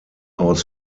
aus